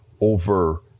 over